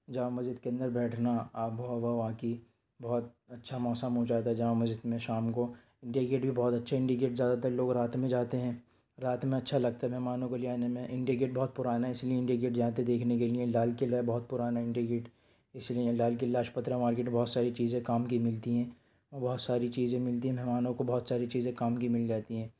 جامع مسجد کے اندر بیٹھنا آب و ہوا وہاں کی بہت اچھا موسم ہو جاتا ہے جامع مسجد میں شام کو اِنڈیا گیٹ بھی بہت اچھے اِنڈیا گیٹ زیادہ تر لوگ رات میں جاتے ہیں رات میں اچھا لگتا ہے مہمانوں کو لے جانے میں اِنڈیا گیٹ بہت پُرانا ہے اِس لئے اِنڈیا گیٹ جاتے ہیں دیکھنے کے لئے لال قلعہ بہت پُرانا ہے اِنڈیا گیٹ اِس لئے لال قلعہ لاجپترا مارکیٹ بہت ساری چیزیں کام کی ملتی ہیں اور بہت ساری چیزیں ملتی ہیں مہمانوں کو بہت ساری چیزیں کام کی مِل جاتی ہیں